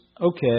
okay